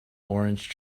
orange